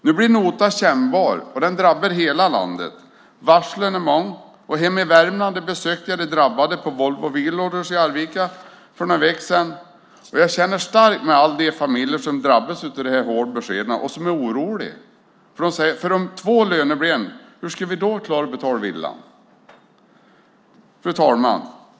Nu blir notan kännbar och den drabbar hela landet. Varslen är många. Hemma i Värmland besökte jag de drabbade på Volvo Wheel Loaders i Arvika för någon vecka sedan. Jag känner starkt med alla de familjer som drabbas av dessa hårda besked och som är oroliga. Om två löner blir en, säger de, hur ska vi då klara att betala villan? Fru talman!